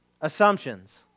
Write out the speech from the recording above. assumptions